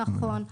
נכון.